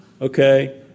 okay